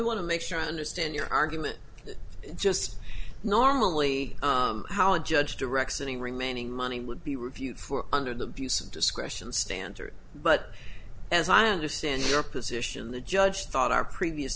want to make sure i understand your argument just normally how a judge directs any remaining money would be reviewed for under the use of discretion standard but as i understand your position the judge thought our previous